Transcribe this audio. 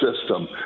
system